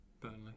burnley